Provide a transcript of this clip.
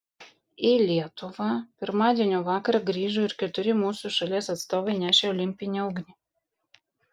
į lietuvą pirmadienio vakarą grįžo ir keturi mūsų šalies atstovai nešę olimpinę ugnį